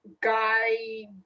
guy